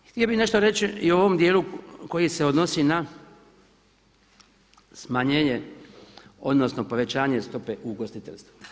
Htio bih nešto reći i o ovom dijelu koji se odnosi na smanjenje odnosno povećanje stope u ugostiteljstvu.